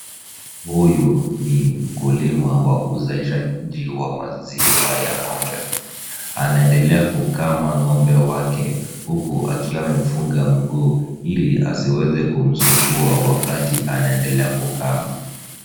Huyu ni mkulima wa uzalishaji wa maziwa ya ng'ombe. Anaendelea kukama ng'ombe wake huku akiwa amemfunga mguu, ili asiweze kumsumbua wakati anaendelea kukama.